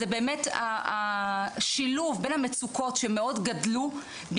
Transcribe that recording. זה באמת השילוב בין המצוקות שמאוד גדלו,